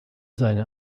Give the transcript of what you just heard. seine